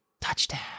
touchdown